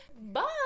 bye